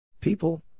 People